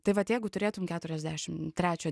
tai vat jeigu turėtum keturiasdešim trečio